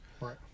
Right